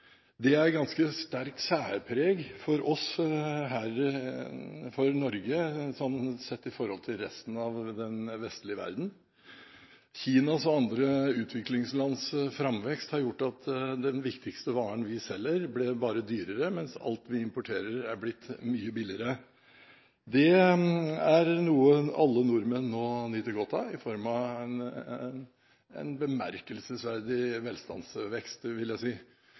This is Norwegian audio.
er et ganske sterkt særpreg for oss i Norge sett i forhold til resten av den vestlige verden. Kinas og andre utviklingslands framvekst har gjort at den viktigste varen vi selger, bare blir dyrere, mens alt vi importerer er blitt mye billigere. Det er noe alle nordmenn nå nyter godt av i form av en bemerkelsesverdig velstandsvekst, vil jeg si.